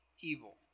evil